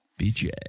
Bj